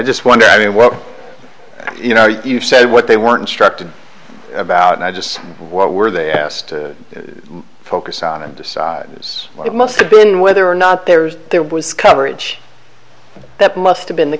just wonder i mean well you know you said what they weren't struck to about and i just what were they asked to focus on and decide is what it must have been whether or not there's there was coverage that must have been the